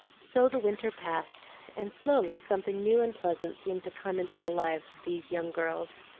so the winter passed, and slowly something new and pleasant seemed to come into the lives of these young girls.